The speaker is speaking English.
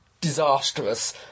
disastrous